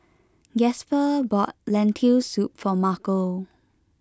Gasper bought Lentil Soup for Markel